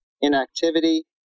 inactivity